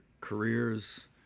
careers